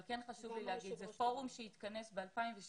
אבל כן חשוב לי להגיד, זה פורום שהתכנס ב-2016,